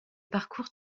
parcours